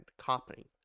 copying